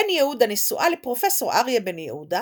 בן יהודה נשואה לפרופסור אריה בן יהודה,